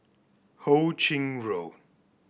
Ho Ching Road